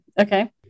Okay